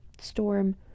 storm